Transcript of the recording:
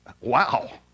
Wow